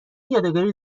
یادگاری